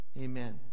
Amen